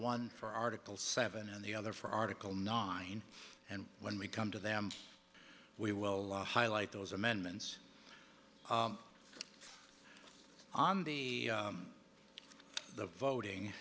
one for article seven and the other for article nine and when we come to them we will highlight those amendments on the the voting